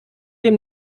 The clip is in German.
dem